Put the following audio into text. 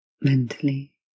mentally